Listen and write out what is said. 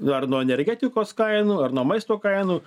ar nuo energetikos kainų ar nuo maisto kainų